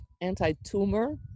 anti-tumor